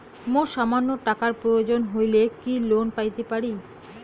মোর সামান্য টাকার প্রয়োজন হইলে কি লোন পাইতে পারি?